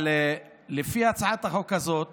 אבל לפי הצעת החוק הזאת